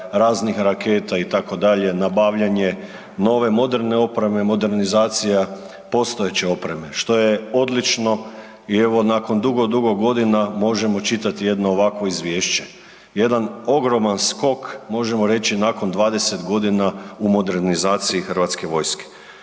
raznih raketa itd., nabavljanje nove moderne opreme, modernizacija postojeće opreme što je odlično i evo nakon dugi, dugo godina možemo čitati jedno ovakvo izvješće, jedan ogroman skok, možemo reći nakon 20 g. u modernizaciji hrvatske vojske.